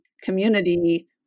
community